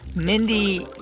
mindy,